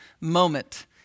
moment